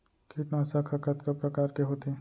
कीटनाशक ह कतका प्रकार के होथे?